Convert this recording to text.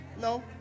No